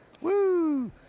Woo